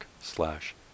slash